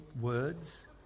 words